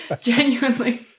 genuinely